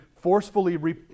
forcefully